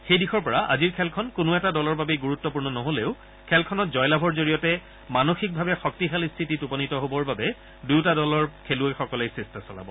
সেই দিশৰ পৰা আজিৰ খেলখন কোনো এটা দলৰ বাবেই গুৰুত্বপূৰ্ণ নহলেও খেলখনত জয়লাভৰ জৰিয়তে মানসিকভাৱে শক্তিশালী স্থিতিত উপনীত হ'বৰ বাবে ভাৰতীয় খেলুৱৈসকলে চেষ্টা চলাব